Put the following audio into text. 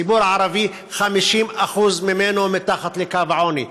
הציבור הערבי, 50% ממנו מתחת לקו העוני.